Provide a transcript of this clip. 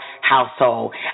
household